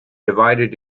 divided